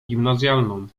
gimnazjalną